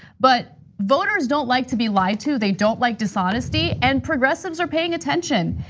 but voters don't like to be lied to, they don't like dishonesty, and progressives are paying attention.